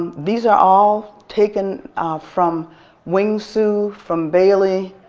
these are all taken from wing sue, from bailey,